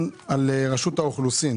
על רשות האוכלוסין